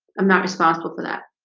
i'm not responsible for that